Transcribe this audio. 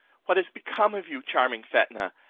what is become of you, charming fetnah?